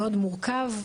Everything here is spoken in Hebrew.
מאוד מורכב,